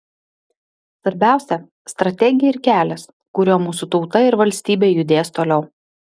svarbiausia strategija ir kelias kuriuo mūsų tauta ir valstybė judės toliau